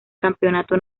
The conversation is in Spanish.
campeonato